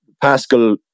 Pascal